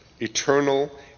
Eternal